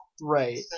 Right